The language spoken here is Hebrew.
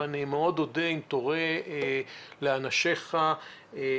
ואני מאוד אודה אם תורה לאנשיך לבדוק